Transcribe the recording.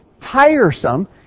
tiresome